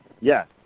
yes